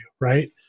right